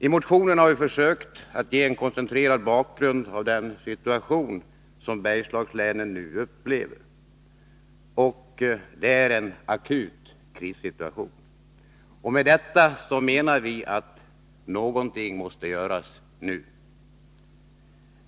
I motionen har vi försökt ge en koncentrerad bakgrund till den situation som Bergslagslänen nu upplever — och det är en akut krissituation. Med detta menar vi att något måste göras nu.